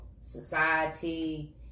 society